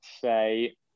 say